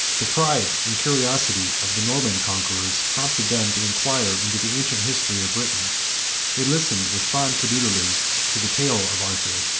the pride and curiosity of the norman conquerors prompted them to inquire into the ancient history of britain they listened with fond credulity to the tale of arthur,